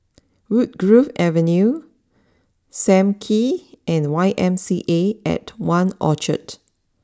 Woodgrove Avenue Sam Kee and Y M C A at one Orchard